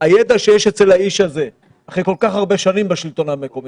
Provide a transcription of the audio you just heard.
הידע שיש אצל האיש הזה אחרי כל כך הרב שנים בשלטון המקומי,